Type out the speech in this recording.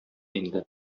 инде